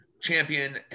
champion